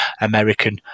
American